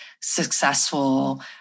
successful